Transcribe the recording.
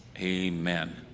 Amen